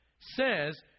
says